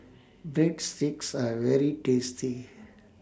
Breadsticks Are very tasty